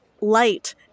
light